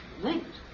linked